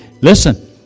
listen